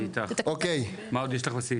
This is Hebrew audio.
מה עוד יש לך בסעיפים?